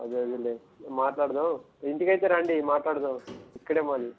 అదే అదే మాట్లాడదాం ఇంటికి అయితే రండి మాట్లాడదాం ఇక్కడే మాది